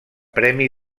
premi